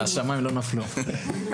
אל תוותר.